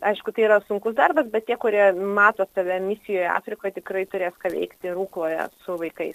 aišku tai yra sunkus darbas bet tie kurie mato save misijoje afrikoj tikrai turės ką veikti rūkloje su vaikais